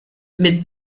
mit